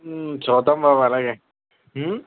చూద్దాం బాబు అలాగే